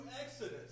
exodus